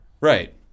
Right